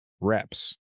reps